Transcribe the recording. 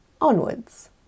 onwards